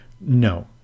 no